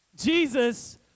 Jesus